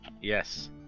Yes